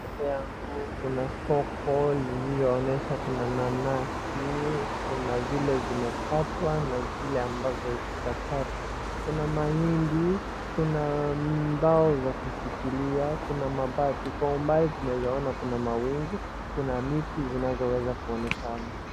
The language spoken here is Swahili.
Mbele yangu kuna soko lililoonyesha kuna nanazi. Kuna zile zimekatwa na zile ambazo hazijakatwa. Kuna mahindi, kuna bao za kushikilia, kuna mabati. Kwa umbali tunaeza ona kuna mawingu, kuna miti zinazoweza kuonekana.